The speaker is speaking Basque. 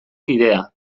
kidea